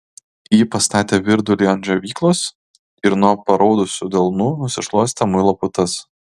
ji pastatė virdulį ant džiovyklos ir nuo paraudusių delnų nusišluostė muilo putas